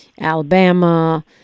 Alabama